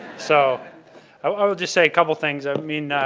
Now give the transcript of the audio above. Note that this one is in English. so i would just say a couple of things. i mean,